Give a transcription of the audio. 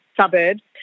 suburbs